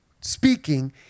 speaking